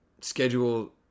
schedule